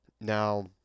Now